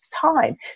time